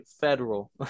federal